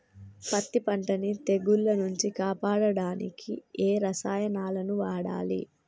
పత్తి పంటని తెగుల నుంచి కాపాడడానికి ఏ రసాయనాలను వాడాలి?